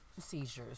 seizures